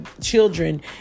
children